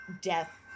death